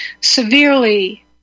severely